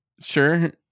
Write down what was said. sure